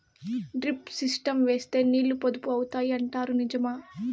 Drip system వేస్తే నీళ్లు పొదుపు అవుతాయి అంటారు నిజమా?